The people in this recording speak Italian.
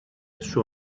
sua